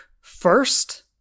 first